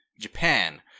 Japan